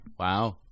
Wow